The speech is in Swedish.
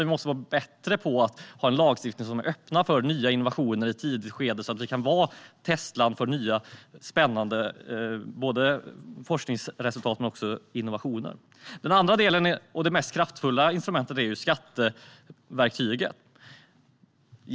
Vi måste vara bättre på att ha en lagstiftning som är öppen för nya innovationer i ett tidigt skede, så att vi kan vara testland för nya och spännande forskningsresultat och innovationer. Den andra delen handlar om det mest kraftfulla instrumentet: skatteverktyget.